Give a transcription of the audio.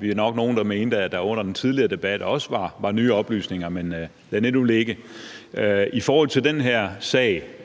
Vi er jo nok nogle, der mente, at der under den tidligere debat også var nye oplysninger, men lad det nu ligge. I forhold til den her sag